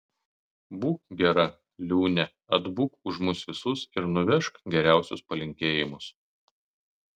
būk gera liūne atbūk už mus visus ir nuvežk geriausius palinkėjimus